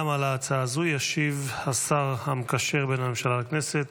גם על ההצעה הזו ישיב השר המקשר בין הממשלה לכנסת,